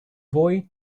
boy